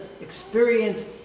experience